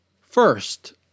First